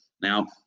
Now